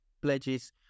pledges